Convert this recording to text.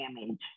damage